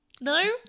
No